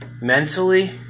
mentally